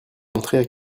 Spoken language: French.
montré